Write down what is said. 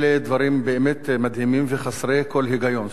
אלה דברים באמת מדהימים וחסרי כל היגיון.